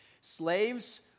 Slaves